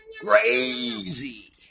crazy